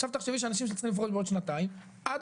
עכשיו תחשבי שאנשים שצריכים לפרוש בעוד שנתיים עד